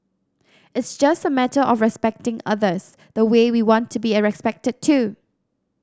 it's just a matter of respecting others the way we want to be respected too